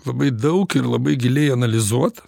labai daug ir labai giliai analizuot